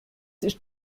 ist